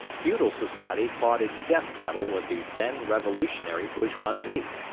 feudal society fought its death battle with the then revolutionary bourgeoisie.